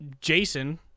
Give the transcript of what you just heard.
Jason